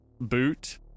boot